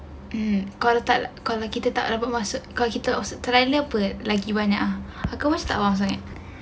um kalau tak kalau kita tak berapa maskud kalau kita offer trial [pe] lagi banyak aku masih tabah sangat